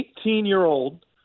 Eighteen-year-old